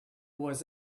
was